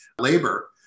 labor